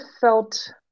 felt